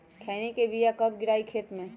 खैनी के बिया कब गिराइये खेत मे?